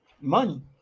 Money